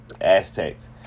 Aztecs